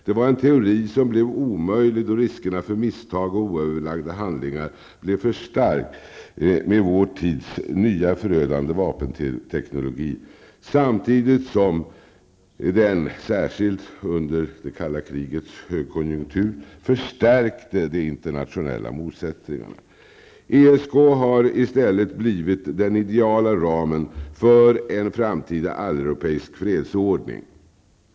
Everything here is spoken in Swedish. Det var en teori som blev omöjlig då riskerna för misstag och oöverlagda handlingar blev för starka med vår tids nya förödande vapenteknologi samtidigt som, särskilt under det kalla krigets högkonjunktur, de internationella motsättningarna förstärktes. ESK har i stället blivit den ideala ramen för en framtida alleuropeisk fredsordning.